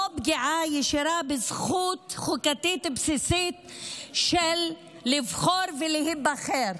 פגיעה ישירה בזכות חוקתית בסיסית של לבחור ולהיבחר.